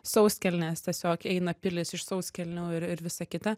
sauskelnės tiesiog eina pilys iš sauskelnių ir ir visa kita